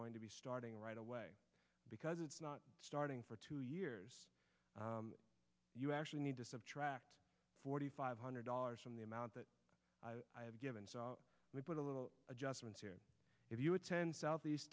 going to be starting right away because it's not starting for two years you actually need to subtract forty five hundred dollars from the amount that i have given so we put a little adjustment if you attend southeast